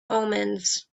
omens